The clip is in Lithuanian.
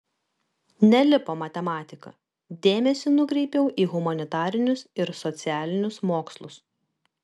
nelipo matematika dėmesį nukreipiau į humanitarinius ir socialinius mokslus